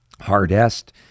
hardest